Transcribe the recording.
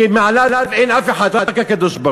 כי מעליו אין אף אחד, רק הקדוש-ברוך-הוא.